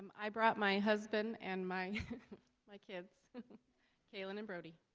i brought my husband and my my kids kaylin and brody